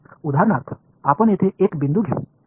तर उदाहरणार्थ आपण येथे एक बिंदू घेऊ